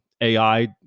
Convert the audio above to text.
ai